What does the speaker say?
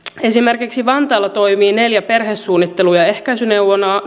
esimerkiksi vantaalla toimii neljä perhesuunnittelu ja ehkäisyneuvolaa